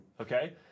okay